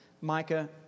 Micah